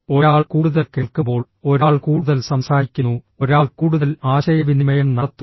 ഒരാൾ കൂടുതൽ കേൾക്കുമ്പോൾ ഒരാൾ കൂടുതൽ സംസാരിക്കുന്നു ഒരാൾ കൂടുതൽ ആശയവിനിമയം നടത്തുന്നു